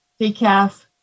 decaf